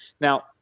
Now